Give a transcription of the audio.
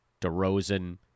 DeRozan